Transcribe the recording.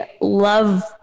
love